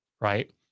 Right